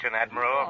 Admiral